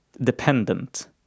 dependent